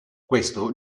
questo